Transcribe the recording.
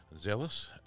zealous